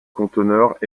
conteneurs